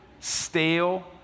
stale